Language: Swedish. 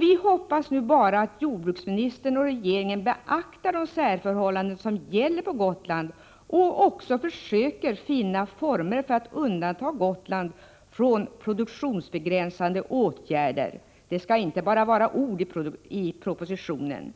Vi hoppas nu att jordbruksministern och regeringen beaktar de särförhållanden som gäller på Gotland och också försöker finna former för att undanta Gotland från produktionsbegränsande åtgärder. Det skall inte bara vara ord i propositionen.